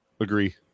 Agree